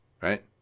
right